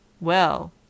Well